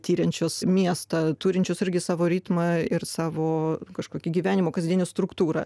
tiriančios miestą turinčius irgi savo ritmą ir savo kažkokį gyvenimo kasdienę struktūrą